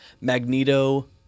Magneto